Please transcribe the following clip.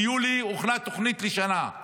ביולי הוכנה תוכנית לשנה.